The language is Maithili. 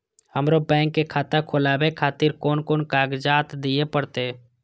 हमरो बैंक के खाता खोलाबे खातिर कोन कोन कागजात दीये परतें?